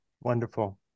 Wonderful